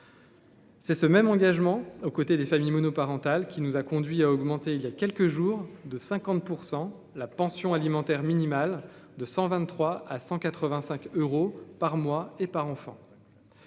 C'est ce même engagement aux côtés des familles monoparentales qui nous a conduit à augmenter, il y a quelques jours, de 50 pour 100 la pension alimentaire minimale de 123 à 185 euros par mois et par enfant.